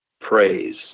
praise